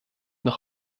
noch